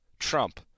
Trump